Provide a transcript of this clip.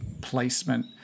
placement